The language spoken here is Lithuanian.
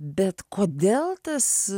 bet kodėl tas